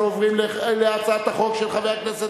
אנחנו קובעים שהצעת החוק של חבר הכנסת